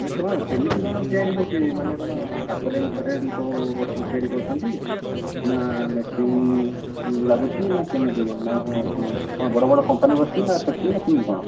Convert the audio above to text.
ଏ କ'ଣ କେମିତି କ'ଣ ତିଆରି ହୋଉଛି ମାନେ କ'ଣ ହାତରେ ଘରେ ଲୋକ ବସିକି ତିଆରି କରୁଛନ୍ତି ନାଁ ମେସିନ ଲାଗୁଛି ନାଁ କେମିତି ନା ବଡ଼ ବଡ଼ କମ୍ପାନୀ ବସିଛି ନା ଫ୍ୟାକ୍ଟ୍ରି ନା କେମିତି କ'ଣ